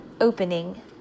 opening